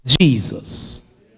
Jesus